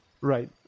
Right